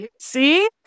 See